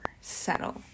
settle